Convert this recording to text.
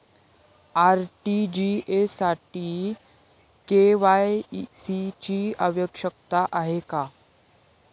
RTGS साठी KYC ची आवश्यकता आहे का?